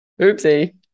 oopsie